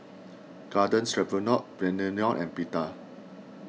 Garden Stroganoff Naengmyeon and Pita